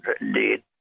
indeed